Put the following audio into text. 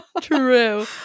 True